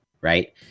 right